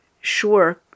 sure